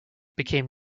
became